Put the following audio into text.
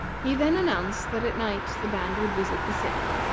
he then announced that at night the band would visit the city,